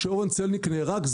כשאורן צלניק נהרג,